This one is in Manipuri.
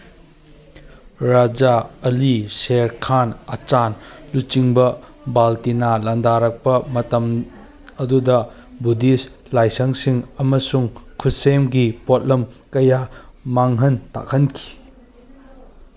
ꯔꯖꯥ ꯑꯂꯤ ꯁꯦꯔ ꯈꯥꯟ ꯑꯆꯥꯟ ꯂꯨꯆꯤꯡꯕ ꯕꯥꯜꯇꯤꯅꯥ ꯂꯟꯗꯥꯔꯛꯄ ꯃꯇꯝ ꯑꯗꯨꯗ ꯕꯨꯙꯤꯁ ꯂꯥꯏꯁꯪꯁꯤꯡ ꯑꯃꯁꯨꯡ ꯈꯨꯠꯁꯦꯝꯒꯤ ꯄꯣꯠꯂꯝ ꯀꯌꯥ ꯃꯥꯡꯍꯟ ꯇꯥꯛꯍꯟꯈꯤ